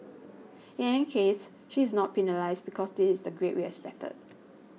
in any case she is not penalised because this is the grade we expected